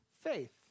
faith